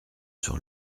sur